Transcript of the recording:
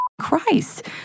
Christ